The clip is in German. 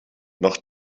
noch